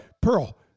Pearl